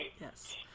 Yes